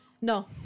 No